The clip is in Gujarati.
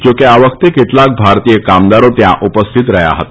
જા કે આ વખતે કેટલાક ભારતીય કામદારો ત્યાં ઉપસ્થિત રહ્યા હતા